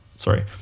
sorry